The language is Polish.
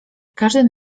każdym